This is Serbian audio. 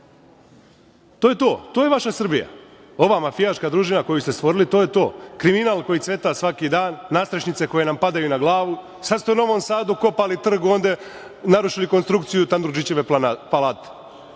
je to, to je vaša Srbija, ova mafijaška družina koju ste stvorili, to je to. Kriminal koji cveta svaki dan, nadstrešnice koje nam padaju na glavu. Sad ste u Novom Sadu kopali trg onde, narušili konstrukciju Tanurdžićeve palate.